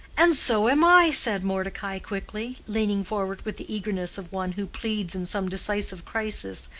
and so am i! said mordecai, quickly, leaning forward with the eagerness of one who pleads in some decisive crisis,